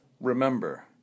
Remember